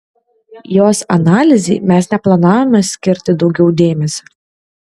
jos analizei mes neplanavome skirti daugiau dėmesio